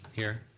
here.